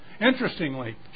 Interestingly